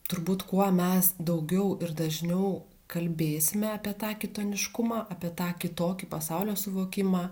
turbūt kuo mes daugiau ir dažniau kalbėsime apie tą kitoniškumą apie tą kitokį pasaulio suvokimą